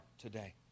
today